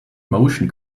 motion